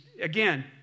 Again